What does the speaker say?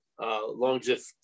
longevity